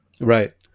right